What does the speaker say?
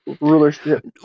rulership